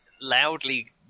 loudly